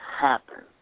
happen